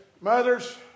Mothers